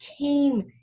came